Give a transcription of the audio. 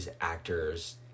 actors